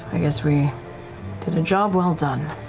i guess we did a job well done.